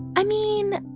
i mean,